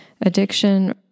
addiction